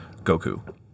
Goku